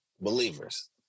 believers